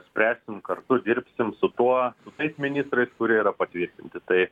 spręsim kartu dirbsim su tuo tais ministrais kurie yra patvirtinti tai